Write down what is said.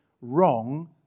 Wrong